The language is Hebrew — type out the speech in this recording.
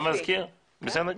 בסדר גמור.